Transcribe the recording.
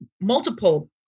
multiple